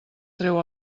treu